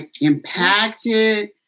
impacted